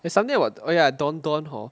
there's something about oh ya Don Don hor